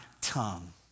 tongue